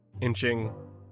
inching